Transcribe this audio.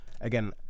again